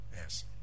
Yes